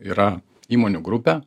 yra įmonių grupė